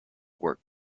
work